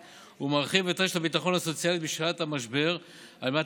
את רשת הביטחון הסוציאלית בשעת המשבר על מנת